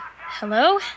hello